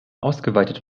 ausgeweitet